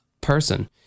person